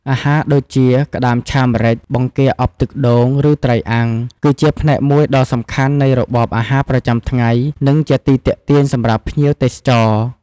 អាហារដូចជា ក្ដាមឆាម្រេច បង្គាអប់ទឹកដូង ឬ ត្រីអាំង គឺជាផ្នែកមួយដ៏សំខាន់នៃរបបអាហារប្រចាំថ្ងៃ និងជាទីទាក់ទាញសម្រាប់ភ្ញៀវទេសចរ។